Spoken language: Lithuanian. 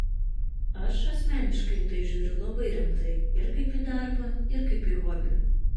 aš asmeniškai į tai žiūriu labai rimtai ir kaip į darbą ir kaip į hobį